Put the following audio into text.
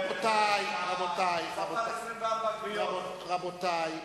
24 ביום, רבותי,